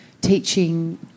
teaching